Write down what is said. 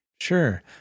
Sure